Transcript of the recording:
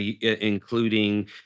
including